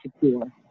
secure